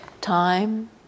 time